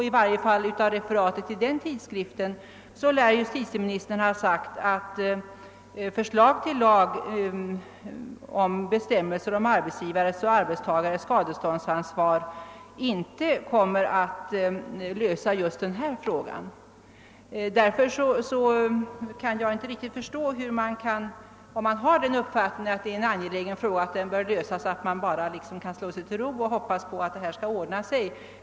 I varje fall lär av referatet i den tidskriften att döma justitieministern ha sagt att förslag till lag om bestämmelser om arbetsgivares och arbetstagares skadeståndsansvar inte kommer att lösa just denna fråga. Därför kan jag inte riktigt förstå att man — om man har den uppfattningen att detta är en angelägen fråga som bör lösas — bara kan liksom slå sig till ro och hoppas att detta skall ordna sig.